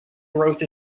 growth